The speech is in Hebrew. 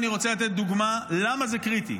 אני רוצה לתת דוגמה למה זה קריטי,